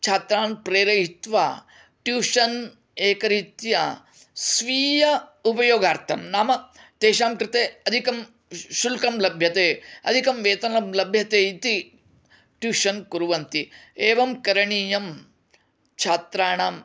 छात्रान् प्रेरयित्वा ट्यूशन् एकरीत्या स्वीय उपयोगार्थं नाम तेषां कृते अधिकं शुल्कं लभ्यते अधिकं वेतनं लभ्यते इति ट्यूशन् कुर्वन्ति एवं करणीयं छात्राणां